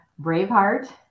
Braveheart